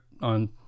on